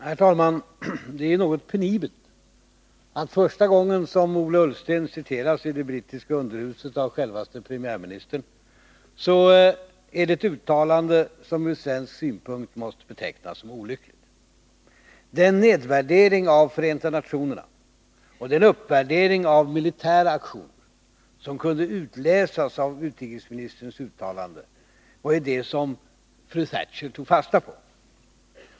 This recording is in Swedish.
Herr talman! Det är något penibelt att första gången som Ola Ullsten citeras i brittiska underhuset av självaste premiärministern så är det ett uttalande som ur svensk synpunkt måste betecknas som olyckligt. Den nedvärdering av Förenta nationerna och den uppvärdering av militära aktioner som kunde utläsas av utrikesministerns uttalande var det som fru Thatcher tog fasta på.